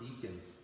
deacons